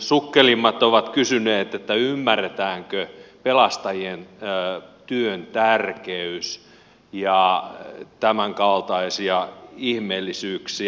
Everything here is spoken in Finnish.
sukkelimmat ovat kysyneet ymmärretäänkö pelastajien työn tärkeys ja tämän kaltaisia ihmeellisyyksiä